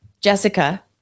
Jessica